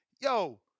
Yo